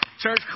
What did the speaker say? Church